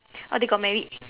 oh they got married